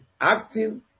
acting